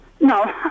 No